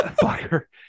Fire